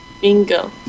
Bingo